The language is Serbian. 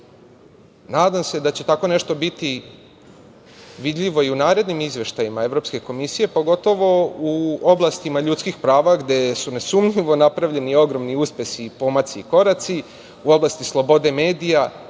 BDP.Nadam se da će tako nešto biti vidljivo i u narednim izveštajima Evropske komisije, pogotovo u oblastima ljudskih prava gde su nesumnjivo napravljeni ogromni uspesi i pomaci i koraci, u oblasti slobode medija.